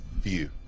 view